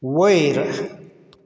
वयर